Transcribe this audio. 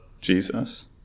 Jesus